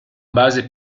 base